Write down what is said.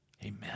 Amen